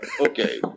Okay